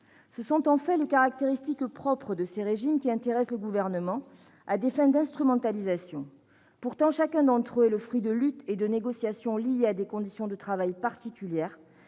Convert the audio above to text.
ce sont les caractéristiques propres de ces régimes qui intéressent le Gouvernement, à des fins d'instrumentalisation. Pourtant, chacun d'entre eux est le fruit de luttes et de négociations liées à des conditions de travail particulières.